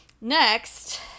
Next